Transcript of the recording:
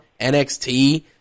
NXT